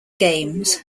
games